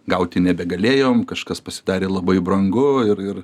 gauti nebegalėjom kažkas pasidarė labai brangu ir ir